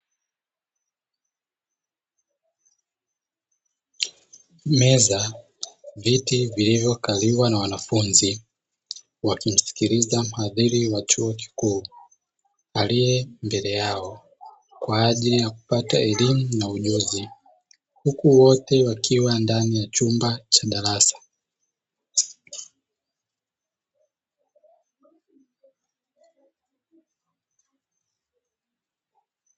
Meza, viti vilivyokaliwa na wanafunzi wakimsikiliza mhadhiri wa chuo kikuu aliye mbele yao kwajili ya kupata elimu na ujuzi, huku wote wakiwa ndani ya chumba cha darasa.